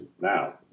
Now